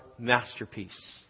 Masterpiece